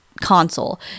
console